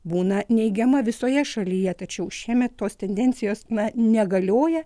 būna neigiama visoje šalyje tačiau šiemet tos tendencijos na negalioja